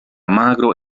magro